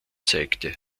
zeigte